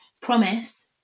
Promise